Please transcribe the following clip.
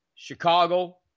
Chicago